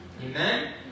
Amen